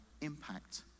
impact